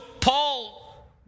Paul